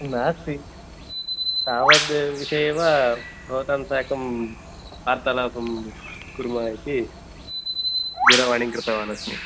नास्ति तावद् विषये वा भवतां साकं वार्तालापं कुर्मः इति दूरवाणीं कृतवानस्मि